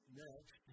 next